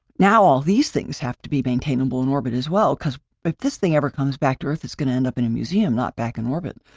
now, all these things have to be maintainable in orbit as well because if this thing ever comes back to earth, it's going to end up in a museum, not back in orbit.